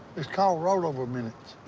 it's called rollover minutes.